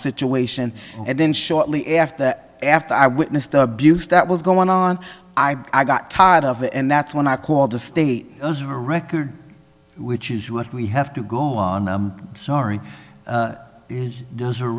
situation and then shortly after after i witnessed the abuse that was going on i got tired of it and that's when i called the state record which is what we have to go on i'm sorry is does